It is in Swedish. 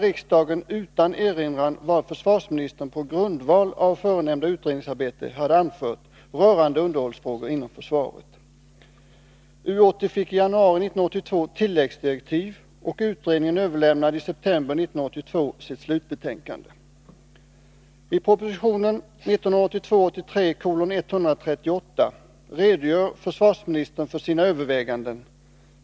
U 80 fick i januari 1982 tilläggsdirektiv, och utredningen överlämnade i september 1982 sitt slutbetänkande. I proposition 1982/83:138 redogör försvarsministern för sina överväganden.